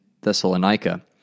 Thessalonica